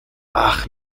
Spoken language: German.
ach